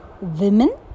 women